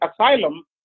asylum